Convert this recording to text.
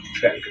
check